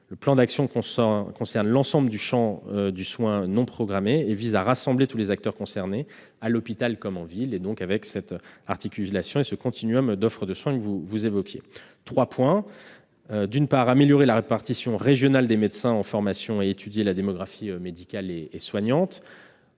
Le plan d'action porte sur l'ensemble du champ des soins non programmés et vise à rassembler tous les acteurs concernés, à l'hôpital comme en ville, avec cette articulation et ce continuum d'offres de soins que vous évoquiez. Trois points ont été retenus. D'abord, améliorer la répartition régionale des médecins en formation et étudier la démographie médicale et soignante.